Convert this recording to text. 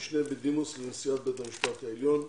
המשנה בדימוס לנשיאת בית המשפט העליון.